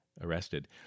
arrested